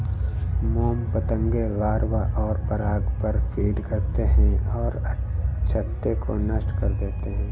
मोम पतंगे लार्वा और पराग पर फ़ीड करते हैं और छत्ते को नष्ट कर देते हैं